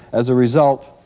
as a result,